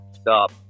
stop